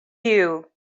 you